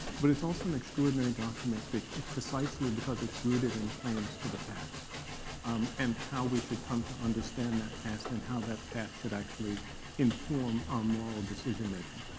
but it's also an extraordinary document precisely because it's rooted in claims to the past um and how we should come to understand that past and how that past should actually inform our moral decision making.